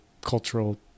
cultural